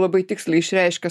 labai tiksliai išreiškia